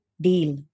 deal